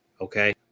okay